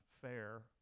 fair